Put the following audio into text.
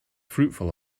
fruitful